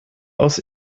aus